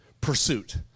pursuit